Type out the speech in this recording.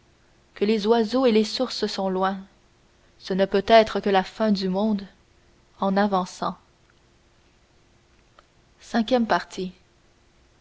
que les oiseaux et les sources sont loin ce ne peut être que la fin du monde en avançant